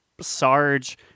Sarge